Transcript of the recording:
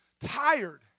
tired